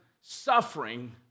suffering